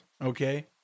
okay